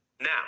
Now